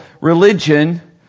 religion